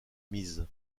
mise